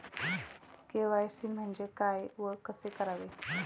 KYC म्हणजे काय व कसे करावे?